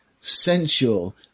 sensual